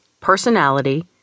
personality